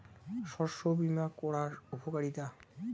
শস্য বিমা করার উপকারীতা?